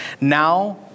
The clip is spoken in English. Now